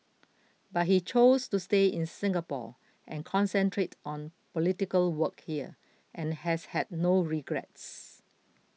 but he chose to stay in Singapore and concentrate on political work here and has had no regrets